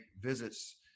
visits